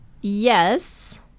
yes